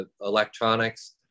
electronics